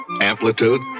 Amplitude